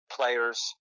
players